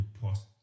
post